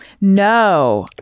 No